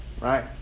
Right